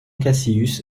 cassius